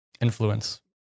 influence